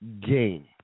game